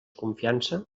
confiança